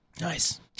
Nice